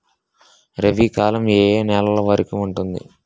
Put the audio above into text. రబీ కాలం ఏ ఏ నెల వరికి ఉంటుంది?